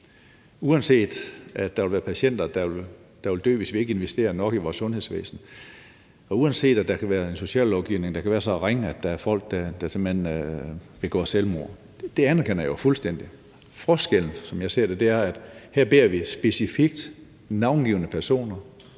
uanset at der vil være patienter, der dør, hvis ikke vi investerer nok i vores sundhedsvæsen, og uanset at der kan være en sociallovgivning, der er så ringe, at der er folk, der simpelt hen begår selvmord – og det anerkender jeg fuldstændig kan være sådan. Forskellen, som jeg ser det, er, at vi her beder specifikt navngivne personer